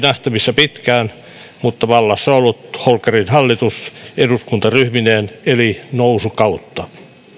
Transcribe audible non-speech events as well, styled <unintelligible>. <unintelligible> nähtävissä pitkään mutta vallassa ollut holkerin hallitus eduskuntaryhmineen eli nousukautta